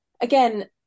again